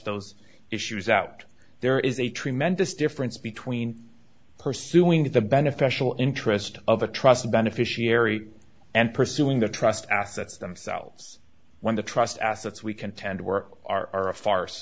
those issues out there is a tremendous difference between pursuing the beneficial interest of a trustee beneficiary and pursuing the trust assets themselves when the trust assets we can tend to work are a farce